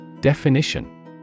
Definition